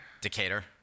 Decatur